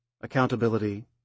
accountability